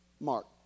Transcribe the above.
Mark